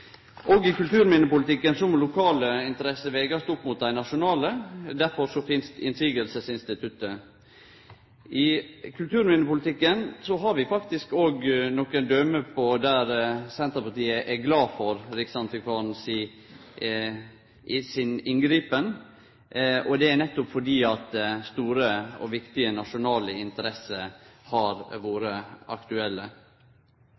i kulturminnepolitikken må lokale interesser vegast opp mot dei nasjonale. Derfor finst innsigelsesinstituttet. I kulturminnepolitikken har vi faktisk òg nokre døme der Senterpartiet er glad for at riksantikvaren greip inn, og det er nettopp fordi store og viktige nasjonale interesser har